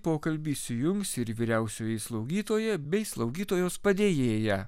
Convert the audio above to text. pokalbį įsijungs ir vyriausioji slaugytoja bei slaugytojos padėjėja